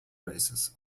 races